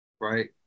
Right